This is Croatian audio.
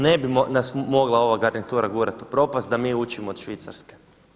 Ne bi nas mogla ova garnitura gurati u propast da mi učimo od Švicarske.